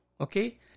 Okay